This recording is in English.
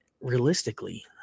realistically